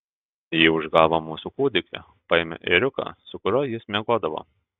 ji užgavo mūsų kūdikį paėmė ėriuką su kuriuo jis miegodavo